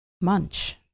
munch